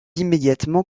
immédiatement